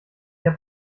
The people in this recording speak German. hab